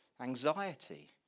anxiety